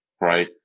right